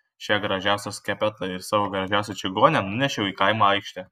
šią gražiausią skepetą ir savo gražiausią čigonę nunešiau į kaimo aikštę